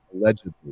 allegedly